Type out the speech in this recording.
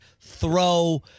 throw